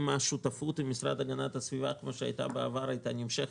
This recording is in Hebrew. השותפות עם המשרד להגנת הסביבה כפי שהייתה בעבר הייתה נמשכת.